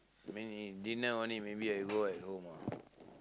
maybe dinner only maybe I go at home ah